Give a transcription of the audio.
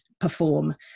perform